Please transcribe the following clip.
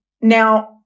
Now